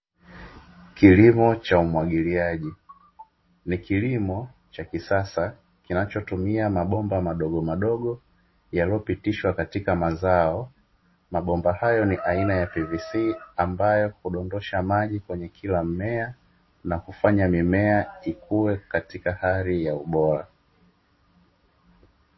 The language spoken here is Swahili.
Kilimo cha umwagiliaji. Ni kilimo cha kisasa kinachotumia mabomba madogomadogo yanayopitishwa katika mazao, mabomba hayo ni aina ya “PVC” ambayo hudondosha maji kwenye kila mmea na kufanya mimea ikue katika hali ya ubora.